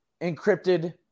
encrypted